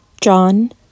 john